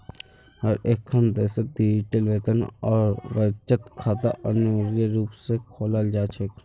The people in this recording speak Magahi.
हर एकखन देशत डिजिटल वेतन और बचत खाता अनिवार्य रूप से खोलाल जा छेक